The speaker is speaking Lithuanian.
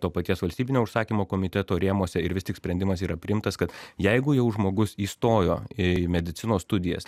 to paties valstybinio užsakymo komiteto rėmuose ir vis tik sprendimas yra priimtas kad jeigu jau žmogus įstojo į medicinos studijas